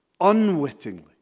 unwittingly